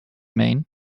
mean